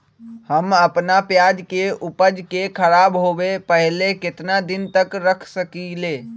हम अपना प्याज के ऊपज के खराब होबे पहले कितना दिन तक रख सकीं ले?